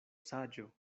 saĝo